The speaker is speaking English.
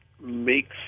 makes